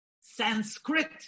Sanskrit